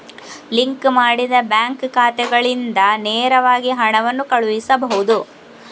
link ಮಾಡಿದ bank ಖಾತೆಗಳಿಂದ ನೇರವಾಗಿ ಹಣವನ್ನು ಕಳುಹಿಸಬಹುದು